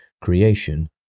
creation